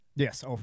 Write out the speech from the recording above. Yes